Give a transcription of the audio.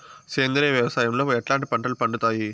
సేంద్రియ వ్యవసాయం లో ఎట్లాంటి పంటలు పండుతాయి